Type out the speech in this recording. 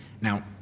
Now